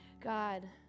God